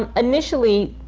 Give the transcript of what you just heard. um initially,